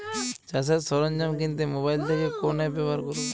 চাষের সরঞ্জাম কিনতে মোবাইল থেকে কোন অ্যাপ ব্যাবহার করব?